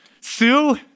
Sue